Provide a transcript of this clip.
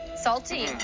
Salty